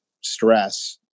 stress